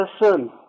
person